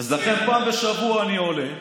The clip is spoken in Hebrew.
אז לכן פעם בשבוע אני עולה,